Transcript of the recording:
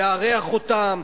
לארח אותם,